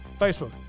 Facebook